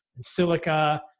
silica